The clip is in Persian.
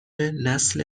نسل